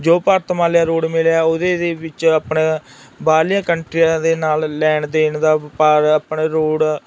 ਜੋ ਭਾਰਤ ਹਿਮਾਲਿਆ ਰੋਡ ਮਿਲਿਆ ਉਹਦੇ ਦੇ ਵਿੱਚ ਆਪਣਿਆਂ ਬਾਹਰਲੀਆਂ ਕੰਟਰੀਆਂ ਦੇ ਨਾਲ ਲੈਣ ਦੇਣ ਦਾ ਵਪਾਰ ਆਪਣੇ ਰੋਡ